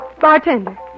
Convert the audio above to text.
Bartender